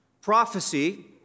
prophecy